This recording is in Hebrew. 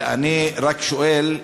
ואני רק שואל,